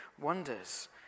wonders